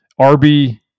rb